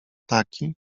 taki